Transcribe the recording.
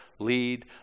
lead